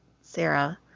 sarah